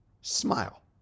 smile